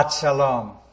Shalom